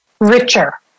richer